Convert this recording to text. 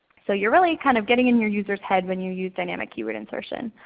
so you're really kind of getting in your users head when you use dynamic keyword insertion.